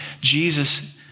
Jesus